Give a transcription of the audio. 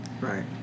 Right